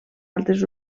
altres